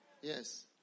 Yes